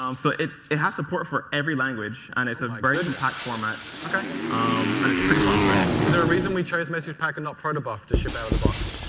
um so, it it has support for every language. and it's a packed format. um and it's pretty popular. is there a reason we chose message pack and not protobuf to ship out of the box?